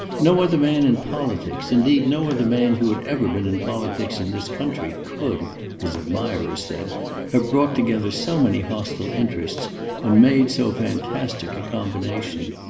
no other man in politics, indeed no other man who had ever been in politics in this country, could his admirers said have brought together so many hostile interests and made so fantastic a combination.